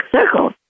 circle